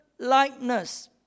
likeness